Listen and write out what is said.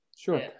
sure